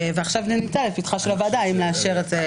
ועכשיו הונח לפתחה של הוועדה אם לאשר את זה.